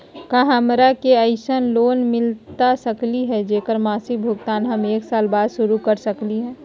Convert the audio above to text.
का हमरा के ऐसन लोन मिलता सकली है, जेकर मासिक भुगतान हम एक साल बाद शुरू कर सकली हई?